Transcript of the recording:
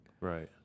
Right